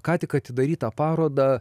ką tik atidarytą parodą